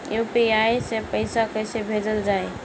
UPI से पैसा कइसे भेजल जाई?